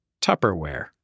Tupperware